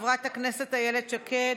חברת הכנסת איילת שקד,